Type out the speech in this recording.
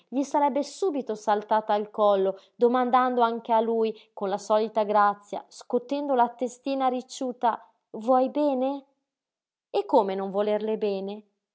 gli sarebbe subito saltata al collo domandando anche a lui con la solita grazia scotendo la testina ricciuta vuoi bene e come non volerle bene